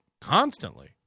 constantly